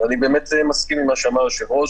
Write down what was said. אני באמת מסכים עם מה שאמר היושב-ראש,